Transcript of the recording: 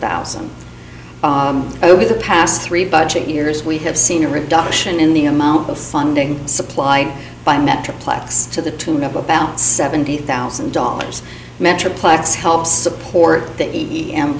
thousand over the past three budget years we have seen a reduction in the amount of funding supplied by metroplex to the tune of about seventy thousand dollars metroplex helps support th